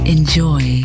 Enjoy